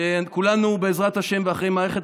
שכולנו בעזרת השם מקווים שאחרי מערכת